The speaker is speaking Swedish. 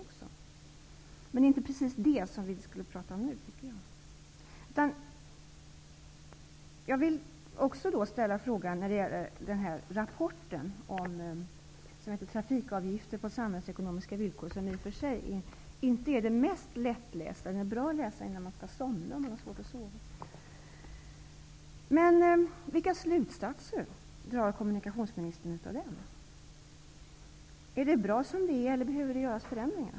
Men det är inte precis det vi skulle prata om nu. ''Trafikavgifter på samhällsekonomiska villkor'', som i och för sig inte är det mest lättlästa -- den är däremot bra att läsa om man har svårt att somna. Vilka slutsatser drar kommunikationsministern av den rapporten? Är det bra som det är, eller behövs förändringar?